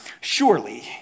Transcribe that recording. Surely